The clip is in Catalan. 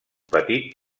petit